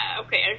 okay